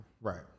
Right